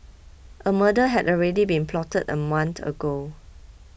a murder had already been plotted a month ago